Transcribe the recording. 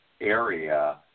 area